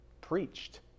preached